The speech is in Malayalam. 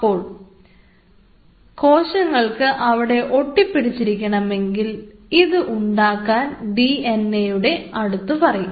അപ്പോ കോശങ്ങൾക്ക് അവിടെ ഒട്ടിപിടിച്ചിരിക്കണമെങ്കിൽ ഇത് ഉണ്ടാക്കാൻ ഡിഎൻഎ യുടെ അടുത്ത് പറയും